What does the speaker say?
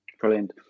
Brilliant